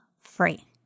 free